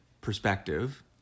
perspective